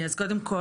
אז קודם כל